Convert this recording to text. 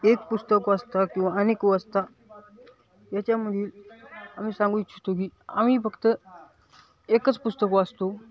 एक पुस्तक वाचता किंवा अनेक वाचता याच्यामध्ये आम्ही सांगू इच्छितो की आम्ही फक्त एकच पुस्तक वाचतो